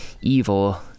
evil